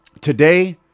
Today